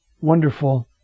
wonderful